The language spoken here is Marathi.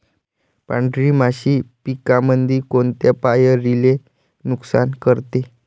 पांढरी माशी पिकामंदी कोनत्या पायरीले नुकसान करते?